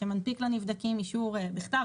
שמנפיק לנבדקים אישור בכתב,